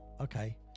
okay